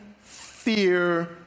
fear